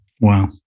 wow